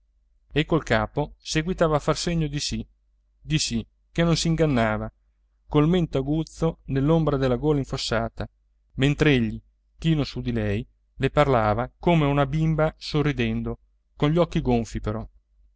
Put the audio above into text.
e col capo seguitava a far segno di sì di sì che non s'ingannava col mento aguzzo nell'ombra della gola infossata mentr'egli chino su di lei le parlava come a una bimba sorridendo con gli occhi gonfi però